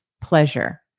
pleasure